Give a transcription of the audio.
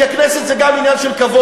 כי הכנסת זה גם עניין של כבוד,